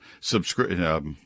Subscribe